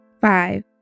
Five